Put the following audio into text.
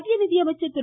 மத்திய நிதியமைச்சர் திரு